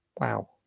Wow